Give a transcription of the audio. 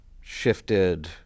shifted